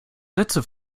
sätze